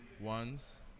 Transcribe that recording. ones